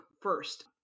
first